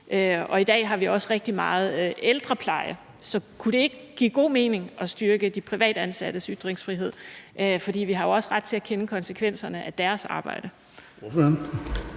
og i dag har vi også rigtig meget ældrepleje. Så kunne det ikke give god mening at styrke de privatansattes ytringsfrihed, for vi har jo også ret til at kende konsekvenserne af deres arbejde?